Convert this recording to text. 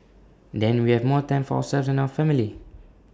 then we have more time for ourselves and our family